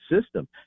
system